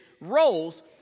roles